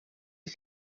you